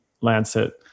Lancet